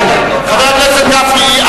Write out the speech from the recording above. חבר הכנסת גפני.